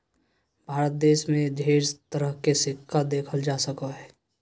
भारत देश मे ढेर तरह के सिक्का देखल जा सको हय